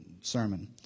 sermon